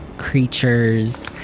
creatures